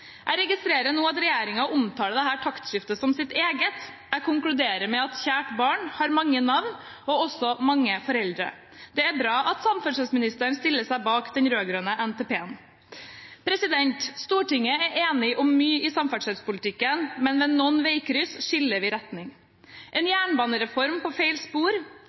Jeg registrerer nå at regjeringen omtaler dette taktskiftet som sitt eget. Jeg konkluderer med at kjært barn har mange navn og også mange foreldre. Det er bra at samferdselsministeren stiller seg bak den rød-grønne NTP-en. Stortinget er enig om mye i samferdselspolitikken, men ved noen veikryss skiller vi retning: En jernbanereform på feil spor